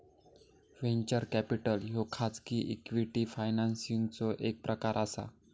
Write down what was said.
venture capital ह्यो खाजगी equity फायनान्सिंगचो एक प्रकार असा